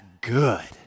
good